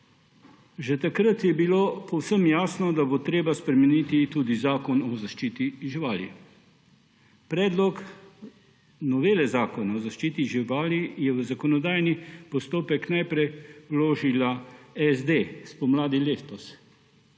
Že takrat je bilo povsem jasno, da bo treba spremeniti tudi Zakon o zaščiti živali. Predlog novele Zakona o zaščiti živali je v zakonodajni postopek najprej vložila SD spomladi letos,